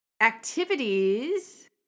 activities